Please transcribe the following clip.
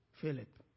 Philip